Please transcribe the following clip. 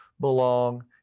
belong